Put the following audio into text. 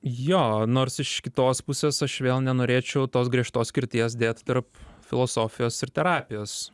jo nors iš kitos pusės aš vėl nenorėčiau tos griežtos skirties dėti tarp filosofijos ir terapijos